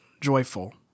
joyful